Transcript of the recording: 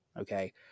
okay